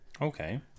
Okay